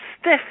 stiff